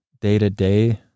day-to-day